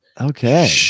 okay